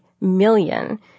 million